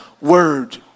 word